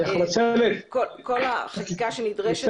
כל החקיקה שנדרשת-